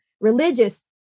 religious